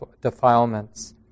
defilements